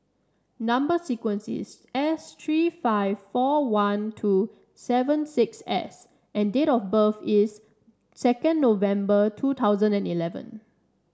number sequence is S three five four one two seven six S and date of birth is second November two thousand and eleven